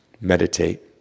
meditate